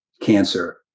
cancer